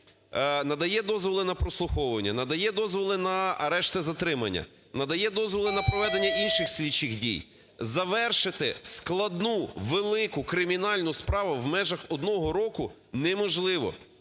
надає дозволи на прослуховування, надає дозволи на арешти-затримання, надає дозволи на проведення інших слідчих дій. Завершити складну, велику, кримінальну справу в межах одного року неможливо.